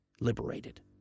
liberated